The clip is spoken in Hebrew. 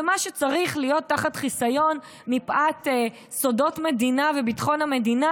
ומה שצריך להיות תחת חיסיון מפאת סודות מדינה וביטחון המדינה,